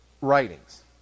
writings